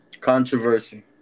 Controversy